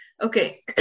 Okay